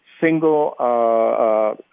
single